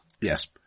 Yes